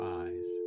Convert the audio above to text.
eyes